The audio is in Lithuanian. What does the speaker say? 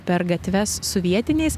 per gatves su vietiniais